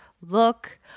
look